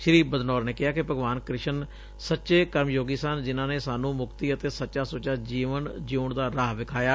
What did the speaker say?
ਸ੍ਰੀ ਬਦਨੌਰ ਨੇ ਕਿਹਾ ਕਿ ਭਗਵਾਨ ਕ੍ਰਿਸਨ ਸੱਚੇ ਕਰਮਯੋਗੀ ਸਨ ਜਿਨਾਂ ਨੇ ਸਾਨੰ ਮੁਕਤੀ ਅਤੇ ਸੱਚਾ ਸੁੱਚਾ ਜੀਵਨ ਜਿਉਣ ਦਾ ਰਾਹ ਵਿਖਾਇਆ